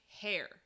hair